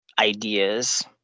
ideas